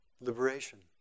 liberation